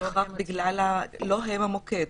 לא הם המוקד.